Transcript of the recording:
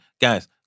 Guys